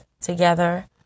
together